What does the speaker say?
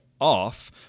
off